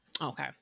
Okay